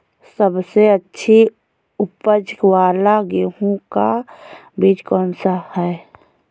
सबसे अच्छी उपज वाला गेहूँ का बीज कौन सा है?